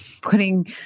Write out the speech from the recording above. putting